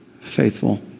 faithful